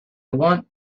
want